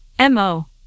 mo